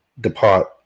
depart